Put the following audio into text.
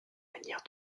manière